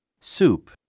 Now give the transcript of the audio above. Soup